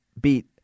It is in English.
beat